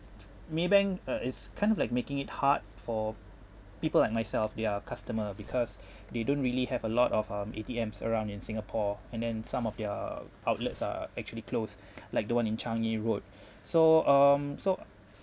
Maybank uh it's kind of like making it hard for people like myself their customer because they don't really have a lot of um A_T_Ms around in singapore and then some of their outlets are actually closed like the one in changi road so um so